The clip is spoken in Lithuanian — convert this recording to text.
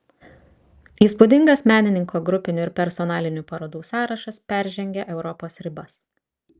įspūdingas menininko grupinių ir personalinių parodų sąrašas peržengia europos ribas